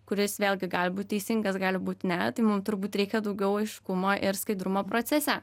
kuris vėlgi gali būt teisingas gali būti ne tai mum turbūt reikia daugiau aiškumo ir skaidrumo procese